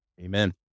Amen